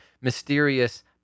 mysterious